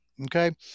okay